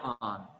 on